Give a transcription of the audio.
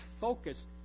focus